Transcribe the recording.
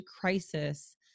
crisis